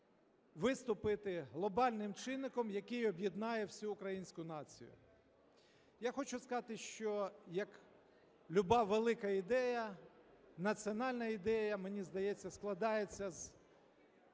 виступити глобальним чинником, який об'єднає всю українську націю. Я хочу сказати, що, як люба велика ідея, національна ідея, мені здається, складається з